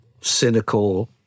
cynical